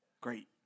Great